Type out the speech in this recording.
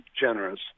generous